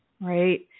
right